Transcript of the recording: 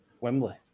Wembley